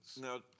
Now